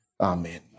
Amen